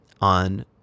on